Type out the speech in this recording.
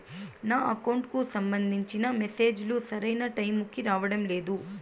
నా అకౌంట్ కు సంబంధించిన మెసేజ్ లు సరైన టైము కి రావడం లేదు